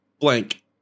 blank